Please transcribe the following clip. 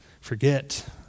forget